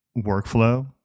workflow